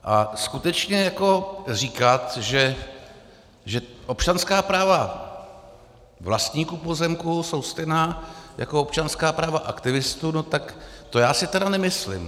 A skutečně říkat, že občanská práva vlastníků pozemků jsou stejná jako občanská práva aktivistů, tak to já si teda nemyslím.